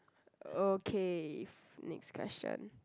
okay next question